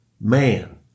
Man